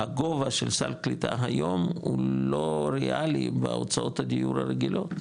הגובה של סל קליטה היום הוא לא ריאלי בהוצאות הדיור הרגילות,